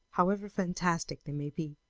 however fantastic they may be,